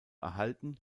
erhalten